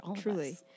Truly